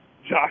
Josh